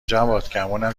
جواد، گمونم